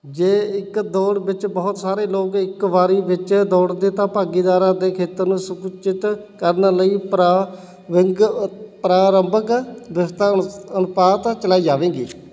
ਜੇ ਇੱਕ ਦੌੜ ਵਿੱਚ ਬਹੁਤ ਸਾਰੇ ਲੋਕ ਇੱਕ ਵਾਰੀ ਵਿੱਚ ਦੌੜਦੇ ਤਾਂ ਭਾਗੀਦਾਰਾਂ ਦੇ ਖੇਤਰ ਨੂੰ ਸੰਕੁਚਿਤ ਕਰਨ ਲਈ ਪ੍ਰਾ ਵਿੰਗ ਅ ਪ੍ਰਾਰੰਭਿਕ ਵਿਵਸਥਾ ਅਨੁਪਾਤ ਚਲਾਈ ਜਾਵੇਗੀ